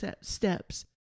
steps